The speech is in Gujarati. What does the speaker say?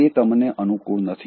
તે તમને અનુકૂળ નથી